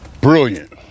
Brilliant